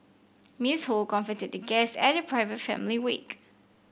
Miss Ho comforted the guest at the private family wake